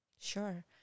sure